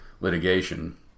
litigation